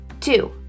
Two